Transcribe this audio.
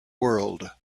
world